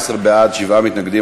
14 בעד, שבעה מתנגדים.